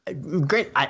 great